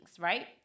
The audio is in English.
right